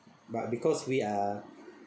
but because we are